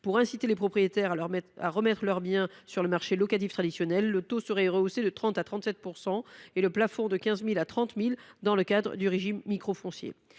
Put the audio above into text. Pour encourager les propriétaires à remettre leurs biens sur le marché locatif traditionnel, le taux serait rehaussé de 30 % à 37 % et le plafond de 15 000 euros à 30 000 euros dans le cadre du régime microfoncier.